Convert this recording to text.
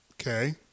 Okay